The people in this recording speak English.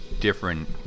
different